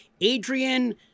Adrian